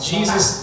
Jesus